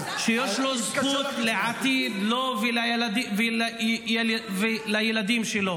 שיש לו זכות לעתיד, לו ולילדים שלו